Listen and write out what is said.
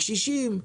קשישים,